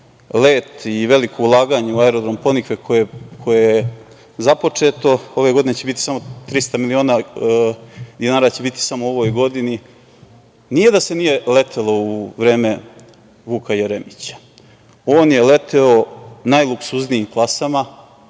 let i veliko ulaganje u aerodrom Ponikve, koje je započeto, ove godine će biti 300 miliona dinara, nije da se nije letelo u vreme Vuka Jeremića. On je leteo najluksuznijim klasama,